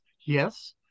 yes